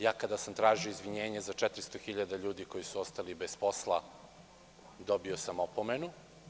Ja kada sam tražio izvinjenje za 400.000 ljudi koji su ostali bez posla, dobio sam opomenu.